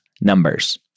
numbers